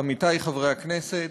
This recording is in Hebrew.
עמיתי חברי הכנסת,